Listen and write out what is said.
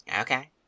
Okay